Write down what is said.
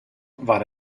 war